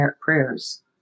prayers